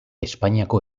espainiako